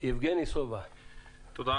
קודם כל,